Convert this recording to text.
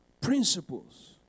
principles